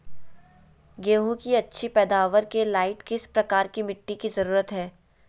गेंहू की अच्छी पैदाबार के लाइट किस प्रकार की मिटटी की जरुरत है?